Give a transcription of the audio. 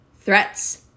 threats